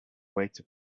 waited